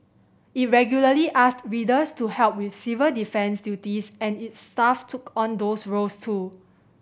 it regularly asked readers to help with civil defence duties and its staff took on those roles too